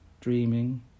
dreaming